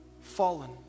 fallen